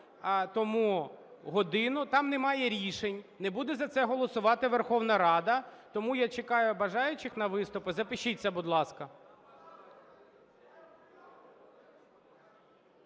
тому годину… Там немає рішень, не буде за це голосувати Верховна Рада, тому я чекаю бажаючих на виступи. Запишіться, будь ласка.